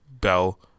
bell